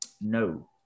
No